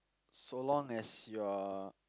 so long as you are